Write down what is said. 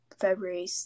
February